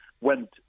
went